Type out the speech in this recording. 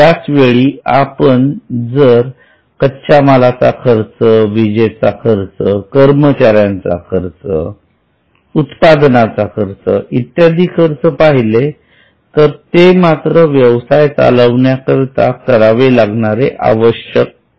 त्याच वेळी आपण जर कच्च्या मालाचा खर्च विजेचा खर्च कर्मचाऱ्यांचा खर्च उत्पादनाचा खर्च इत्यादी खर्च पाहिले तर ते मात्र व्यवसाय चालविण्याकरिता करावे लागणारे आवश्यक खर्च आहेत